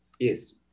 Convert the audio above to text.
Yes